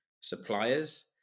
suppliers